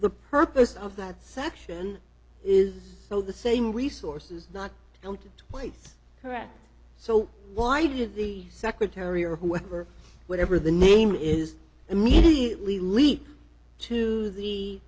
the purpose of that section is so the same resources not counted twice correct so why did the secretary or whoever whatever the name is immediately leap to the